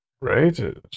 Right